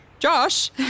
Josh